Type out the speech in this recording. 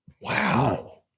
Wow